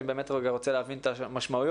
אני באמת רוצה להבין את המשמעויות,